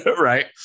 right